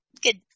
Good